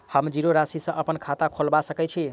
हम जीरो राशि सँ अप्पन खाता खोलबा सकै छी?